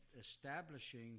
establishing